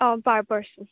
অঁ পাৰ পাৰ্চন